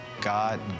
God